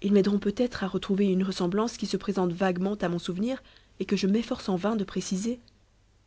ils m'aideront peut-être à retrouver une ressemblance qui se présente vaguement à mon souvenir et que je m'efforce en vain de préciser